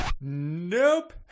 Nope